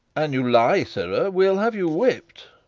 an you lie, sirrah, we'll have you whipped.